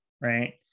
right